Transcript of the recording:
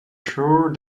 sure